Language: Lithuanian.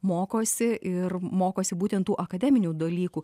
mokosi ir mokosi būtent tų akademinių dalykų